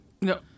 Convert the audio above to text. No